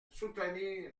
soutenir